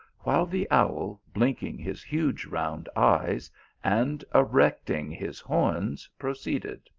while the owl blinking his huge round eyes and erecting his horns, proceeded